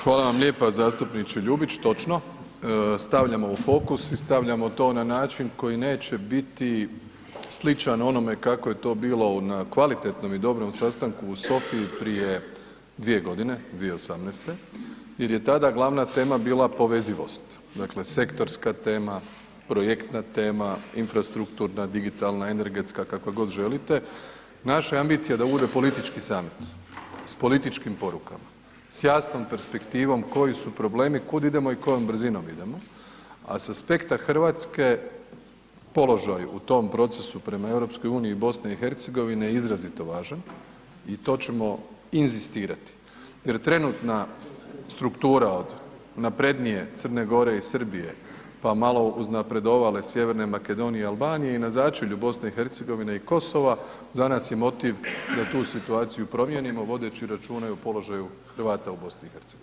Hvala vam lijepa zastupniče Ljubić, točno, stavljamo u fokus i stavljamo to na način koji neće biti sličan onome kako je to bilo na kvalitetnom i dobrom sastanku u Sofiji prije 2.g., 2018. jer je tada glavna tema bila povezivost, dakle sektorska tema, projektna tema, infrastrukturna, digitalna, energetska, kakva god želite, naša ambicija je da bude politički samit, s političkim porukama, s jasnom perspektivom koji su problemi, kud idemo i kojom brzinom idemo, a sa aspekta RH, položaj u tom procesu prema EU BiH je izrazito važan i to ćemo inzistirati jer trenutna struktura od naprednije Crne Gore i Srbije, pa malo uznapredovale Sjeverne Makedonije i Albanije i na začelju BiH i Kosova za nas je motiv da tu situaciju promijenimo vodeći računa i o položaju Hrvata u BiH.